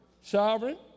sovereign